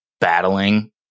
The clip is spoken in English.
battling